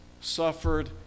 suffered